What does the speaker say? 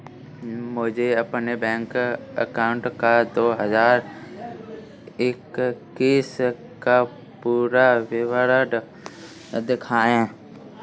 मुझे अपने bank account का दो हज़ार इक्कीस का पूरा विवरण दिखाएँ?